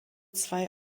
zwei